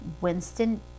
Winston